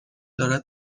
دارد